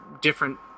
different